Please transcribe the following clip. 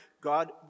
God